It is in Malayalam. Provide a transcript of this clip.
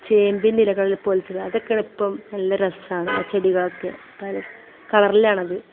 ചേമ്പിൻ്റെ ഇലകൾ പോലെച്ചുള്ള അതൊക്കെയാണ് ഇപ്പോൾ നല്ല രസമാണ് ചെടികൾക്ക് പല കളറിലാണത്